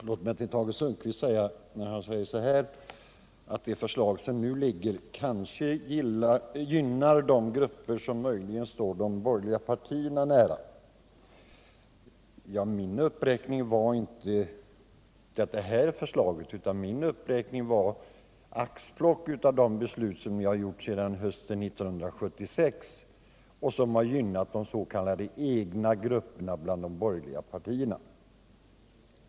Herr talman! Tage Sundkvist säger att det förslag som nu ligger på riksdagens bord kanske gynnar de grupper som står de borgerliga partierna nära. Låt mig då säga att min uppräkning inte avsåg just detta förslag, utan den var ett axplock bland de beslut som ni har fattat sedan hösten 1976 och som har gynnat des.k. egna grupperna bland de borgerliga partierna.